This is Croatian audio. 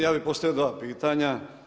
Ja bi postavio dva pitanja.